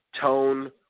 tone